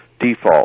default